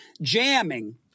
jamming